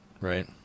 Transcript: right